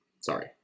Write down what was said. Sorry